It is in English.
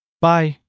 Bye